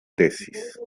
tesis